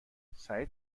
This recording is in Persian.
سعید